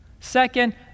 Second